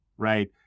Right